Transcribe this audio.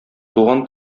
туган